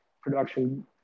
production